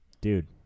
dude